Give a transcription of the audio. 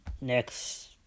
next